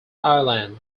island